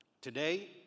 Today